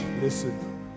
listen